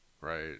right